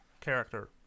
character